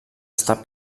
estar